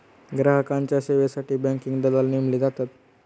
ग्राहकांच्या सेवेसाठी बँकिंग दलाल नेमले जातात